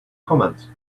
comments